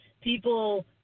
people